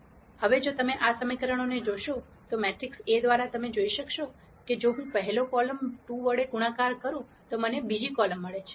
હવે જો તમે આ સમીકરણો જોશો તો મેટ્રિક્સ A દ્વારા તમે જોશો કે જો હું પહેલો કોલમ 2 વડે ગુણાકાર કરું તો મને બીજી કોલમ મળશે